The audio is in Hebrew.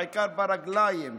בעיקר ברגליים,